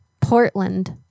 Portland